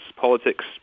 politics